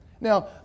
now